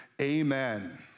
Amen